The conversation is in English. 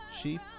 chief